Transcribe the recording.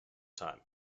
time